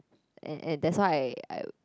and and that's why I I